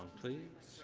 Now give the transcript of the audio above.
please?